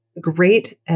great